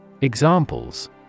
Examples